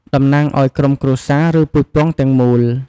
តំណាងឲ្យ ក្រុមគ្រួសារ ឬ ពូជពង្ស ទាំងមូល។